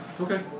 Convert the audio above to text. Okay